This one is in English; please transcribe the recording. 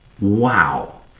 Wow